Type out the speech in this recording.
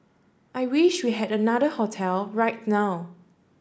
I wish we had another hotel right now